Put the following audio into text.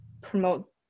promote